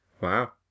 Wow